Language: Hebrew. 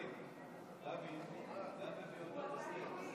52. לפיכך, העמדה שהציג ראש הממשלה לא התקבלה.